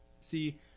See